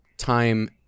time